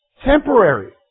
Temporary